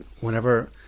whenever